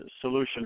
solution